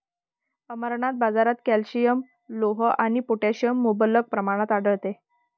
अमरनाथ, बाजारात कॅल्शियम, लोह आणि पोटॅशियम मुबलक प्रमाणात आढळते